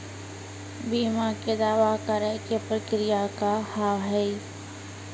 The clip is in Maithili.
बीमा के दावा करे के प्रक्रिया का हाव हई?